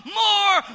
more